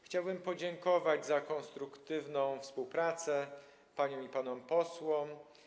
Chciałbym podziękować za konstruktywną współpracę paniom i panom posłom.